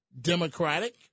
Democratic